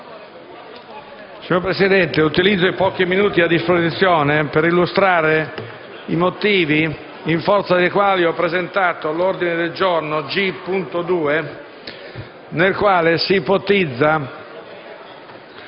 Signora Presidente, utilizzo i pochi minuti a mia disposizione per illustrare i motivi in forza dei quali ho presentato l'ordine del giorno G2, nel quale si ipotizza